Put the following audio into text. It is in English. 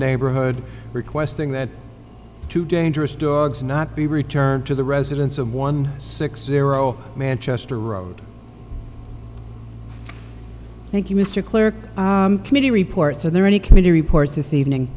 neighborhood requesting that two dangerous dogs not be returned to the residents of one six zero manchester road thank you mr clare committee reports are there any committee reports this evening